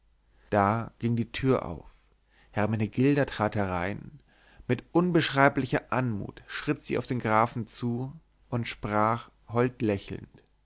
da ging die tür auf hermenegilda trat herein mit unbeschreiblicher anmut schritt sie auf den grafen zu und sprach hold lächelnd